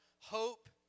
hope